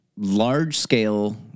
large-scale